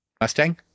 Mustang